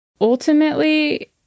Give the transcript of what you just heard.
Ultimately